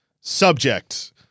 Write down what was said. Subject